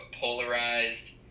polarized